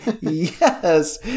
yes